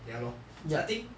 ya lor so I think